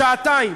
שעתיים,